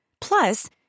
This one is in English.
Plus